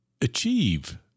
achieve